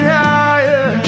higher